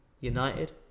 United